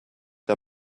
der